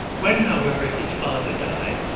when, however, his father died,